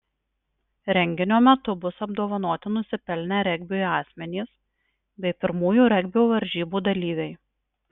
renginio metu bus apdovanoti nusipelnę regbiui asmenys bei pirmųjų regbio varžybų dalyviai